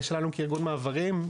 שלנו כארגון מעברים,